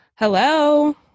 hello